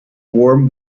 worm